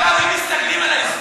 הרי אם מסתכלים על ההיסטוריה,